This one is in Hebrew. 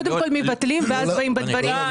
קודם מבטלים ואז באים בדברים.